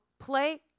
Play